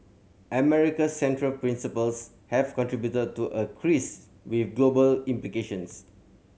America's central principles have contributed to a with global implications